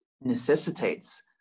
necessitates